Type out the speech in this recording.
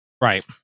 Right